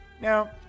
Now